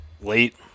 Late